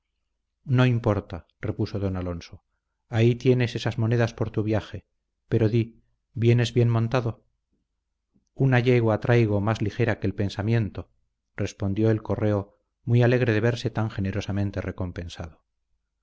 no importa repuso don alonso ahí tienes esas monedas por tu viaje pero di vienes bien montado una yegua traigo más ligera que el pensamiento respondió el correo muy alegre de verse tan generosamente recompensado